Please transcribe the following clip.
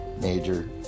major